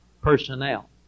personnel